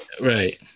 right